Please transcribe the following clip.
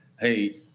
hey